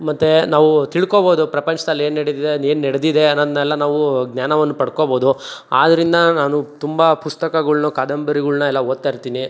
ಮತ್ತೆ ನಾವು ತಿಳ್ಕೊಬೋದು ಪ್ರಪಂಚ್ದಲ್ಲಿ ಏನು ನಡೀತಿದೆ ಏನು ನಡೆದಿದೆ ಅನ್ನೋದನೆಲ್ಲ ನಾವು ಜ್ಞಾನವನ್ನು ಪಡ್ಕೊಬೋದು ಆದ್ರಿಂದ ನಾನು ತುಂಬ ಪುಸ್ತಕಗಳನ್ನು ಕಾದಂಬರಿಗಳನ್ನ ಎಲ್ಲ ಓದ್ತಾಯಿರ್ತೀನಿ